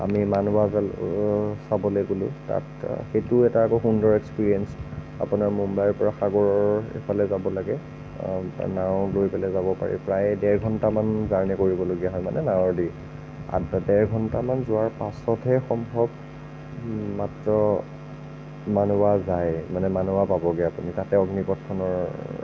আমি মানৱা গ'লোঁ চাবলৈ গ'লোঁ তাত সেইটো এটা বৰ সুন্দৰ এক্সপিৰিয়েন্স আপোনাৰ মুম্বাইৰ পৰা সাগৰৰ এইফালে যাব লাগে নাও লৈ পেলাই যাব পাৰি প্ৰায় ডেৰ ঘন্টামান জাৰ্ণি কৰিবলগীয়া হয় মানে নাৱেদি ডেৰ ঘন্টামান যোৱাৰ পাছতহে সম্ভৱ মাত্ৰ মানৱা যায় মানে মানোৱা পাবগৈ আপুনি তাতে অগ্নিপথখনৰ